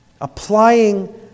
applying